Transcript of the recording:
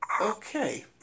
okay